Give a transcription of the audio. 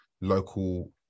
local